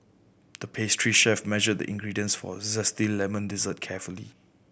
the pastry chef measured the ingredients for a zesty lemon dessert carefully